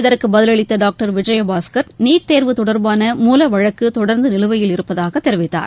இதற்கு பதிலளித்த doctor Vijayabaskar NEET தேர்வு தொடர்பாள மூல வழக்கு தொடர்ந்து நிலுவையில் இருப்பதாக தெரிவித்தார்